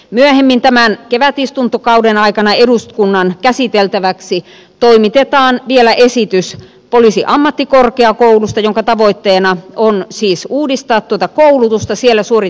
myöhemmin tämän kevätistuntokauden aikana eduskunnan käsiteltäväksi toimitetaan vielä esitys poliisiammattikorkeakoulusta jonka tavoitteena on siis uudistaa koulutusta siellä suoritettavia tutkintoja